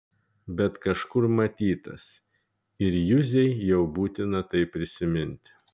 bet kažkur matytas ir juzei jau būtina tai prisiminti